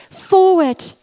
forward